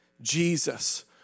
Jesus